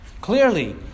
Clearly